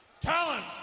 talent